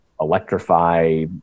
electrify